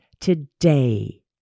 Today